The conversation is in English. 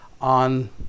on